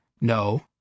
No